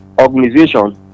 organization